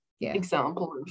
example